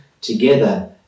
together